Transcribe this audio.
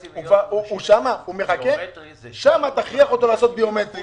שם תכריח אותו לעשות את הביומטרי